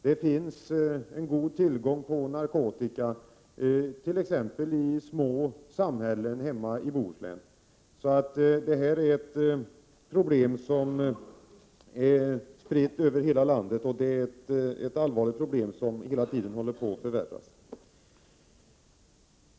Det finns god tillgång till narkotika it.ex. små samhällen hemma i Bohuslän. Det är ett allvarligt problem, som hela tiden förvärras.